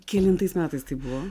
kelintais metais tai buvo